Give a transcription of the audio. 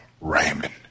Raymond